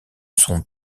son